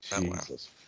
Jesus